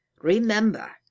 Remember